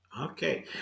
Okay